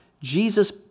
Jesus